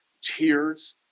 tears